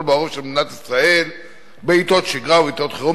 בעורף של מדינת ישראל בעתות שגרה ובעתות חירום,